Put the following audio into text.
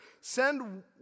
Send